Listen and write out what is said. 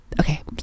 okay